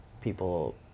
people